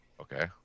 Okay